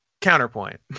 counterpoint